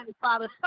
Father